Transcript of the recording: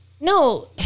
no